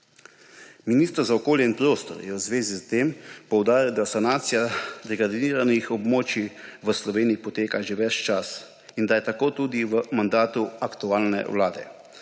Minister za okolje in prostor je v zvezi s tem poudaril, da sanacija degradiranih območij v Sloveniji poteka že ves čas in da je tako tudi v mandatu aktualne vlade.